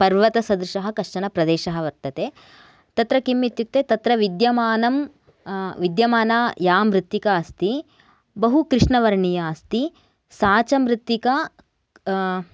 पर्वतसदृशः कश्चन प्रदेशः वर्तते तत्र किम् इत्युक्ते तत्र विद्यमानं विद्यमाना या मृत्तिका अस्ति बहु कृष्णवर्णीया अस्ति सा च मृत्तिका